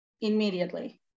immediately